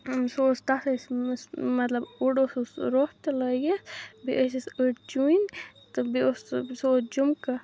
سُہ اوس تتھ ٲسۍ مَطلَب اوٚڈ اوسُس رۄپھ تہٕ لٲگِتھ بیٚیہِ ٲسِس أڈۍ چُنۍ تہٕ بیٚیہِ اوس سُہ اوس جُمکہٕ